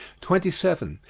twenty seven.